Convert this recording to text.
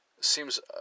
seems